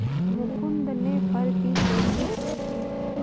मुकुन्द ने फर की खेती शुरू की